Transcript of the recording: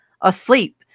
asleep